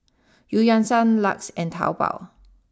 Eu Yan Sang LUX and Taobao